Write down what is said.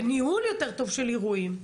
בניהול יותר טוב של אירועים.